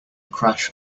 crash